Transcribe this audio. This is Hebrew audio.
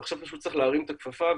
ועכשיו פשוט צריך להרים את הכפפה,